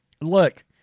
Look